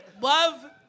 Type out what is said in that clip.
love